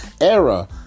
era